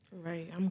right